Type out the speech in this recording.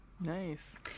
nice